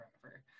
forever